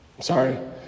Sorry